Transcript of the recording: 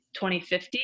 2050